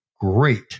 great